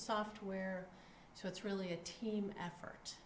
software so it's really a team effort